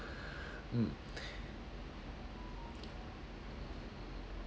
mm